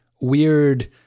weird